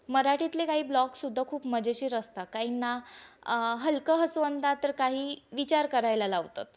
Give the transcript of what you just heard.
मराठीतले काही ब्लॉग सुद्धा खूप मजेशीर असता काहींना हलकं हसवंदा तर काही विचार करायला लावतात